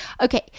Okay